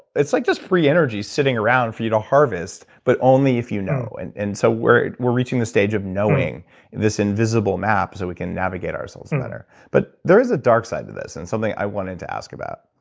it's like just free energy sitting around for you to harvest. but only if you know and and so we're we're reaching the stage of knowing this invisible map, so we can navigate ourselves and better but there is a dark side to this, and something i wanted to ask about.